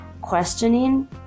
questioning